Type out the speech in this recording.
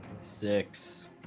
Six